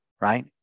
right